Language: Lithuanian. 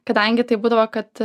kadangi tai būdavo kad